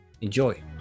enjoy